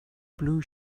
blue